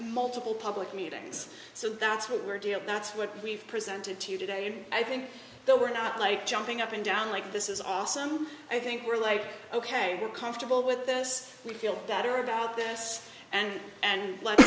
multiple public meetings so that's what we're dealing that's what we've presented today and i think the we're not like jumping up and down like this is awesome i think we're like ok we're comfortable with this we feel better about this and and let